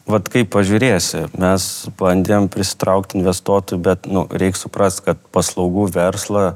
vat kaip pažiūrėsi mes bandėm prisitraukt investuotojų bet nu reiks suprast kad paslaugų verslą